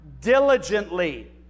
diligently